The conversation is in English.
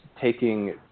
taking